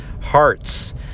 hearts